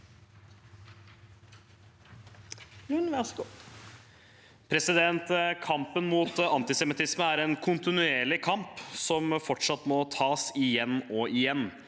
Kampen mot antisemittisme er en kontinuerlig kamp som fortsatt må tas igjen og igjen.